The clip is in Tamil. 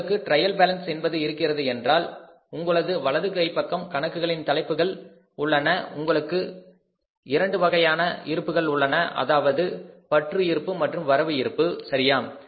உங்களுக்கு ட்ரையல் பேலன்ஸ் என்பது இருக்கிறது என்றால் உங்களது வலது கைப்பக்கம் கணக்குகளின் தலைப்புகள் உள்ளன உங்களுக்கு இரண்டு வகையான இருப்புகள் உள்ளன அதாவது பற்று இருப்பு மற்றும் வரவு இருப்பு சரியா